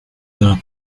della